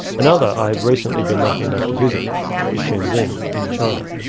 another i have recently been lucky enough to visit is shenzhen in in china.